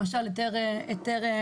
למשל היתר שינויים,